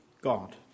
God